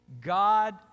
God